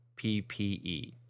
PPE